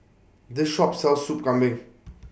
This Shop sells Soup Kambing